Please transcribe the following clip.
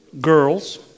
girls